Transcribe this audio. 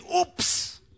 Oops